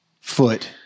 foot